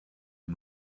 est